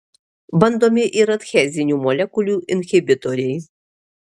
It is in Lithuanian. bandomi ir adhezinių molekulių inhibitoriai